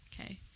okay